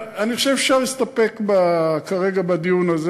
אני חושב שאפשר להסתפק כרגע בדיון הזה.